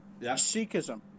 Sikhism